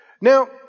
Now